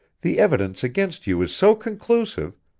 the evidence against you is so conclusive,